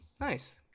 Nice